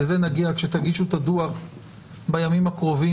לזה נגיע עת תגישו את הדוח בימים הקרובים,